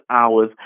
hours